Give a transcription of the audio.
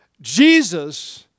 Jesus